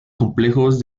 complejos